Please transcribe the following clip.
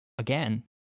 Again